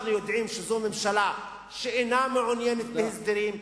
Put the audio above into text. אנחנו יודעים שזאת ממשלה שלא מעוניינת בהסדרים,